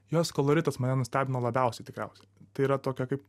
jos koloritas mane nustebino labiausiai tikriausiai tai yra tokia kaip